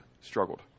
struggled